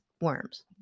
worms